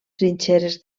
trinxeres